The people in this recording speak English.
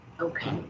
Okay